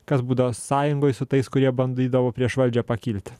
kas būdavo sąjungoj su tais kurie bandydavo prieš valdžią pakilt